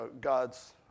God's